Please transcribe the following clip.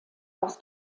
aus